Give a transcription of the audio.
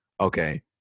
okay